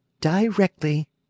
Directly